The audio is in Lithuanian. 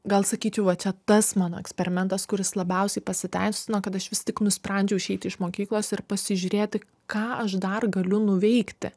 gal sakyčiau va čia tas mano eksperimentas kuris labiausiai pasiteisino kad aš vis tik nusprendžiau išeiti iš mokyklos ir pasižiūrėti ką aš dar galiu nuveikti